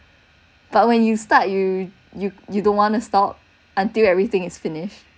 but when you start you you you don't want to stop until everything is finished